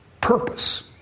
purpose